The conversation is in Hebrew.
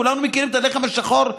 כולנו מכירים את הלחם השחור,